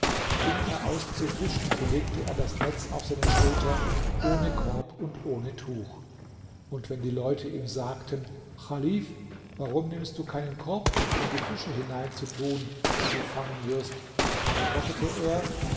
ging er aus zu fischen so legte er das netz auf seine schulter ohne korb und ohne tuch und wenn die leute ihm sagten chalif warum nimmst du keinen korb mit um die fische hinein zu tun die du fangen wirst antwortete er